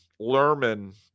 Lerman